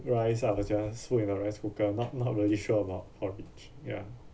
rice I will just put in a rice cooker not not really sure about porridge ya